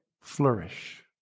flourish